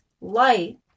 light